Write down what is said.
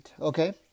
Okay